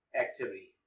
activity